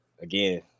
again